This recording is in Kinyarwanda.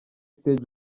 stage